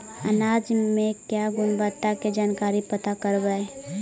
अनाज मे क्या गुणवत्ता के जानकारी पता करबाय?